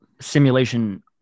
simulation